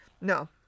No